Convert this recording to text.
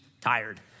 tired